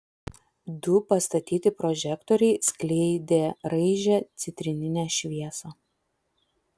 du pastatyti prožektoriai skleidė raižią citrininę šviesą